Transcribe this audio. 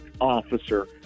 officer